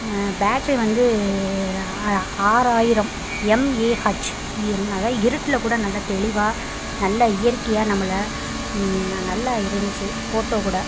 battery வந்து ஆற ஆறாயிரம் எம்ஏஹச் அதுதான் இருட்டில் கூட நல்ல தெளிவாக நல்ல இயற்கையாக நம்பளை நல்லா இருந்துச்சு ஃபோட்டோ கூட